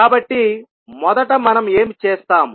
కాబట్టి మొదట మనం ఏమి చేస్తాము